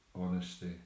honesty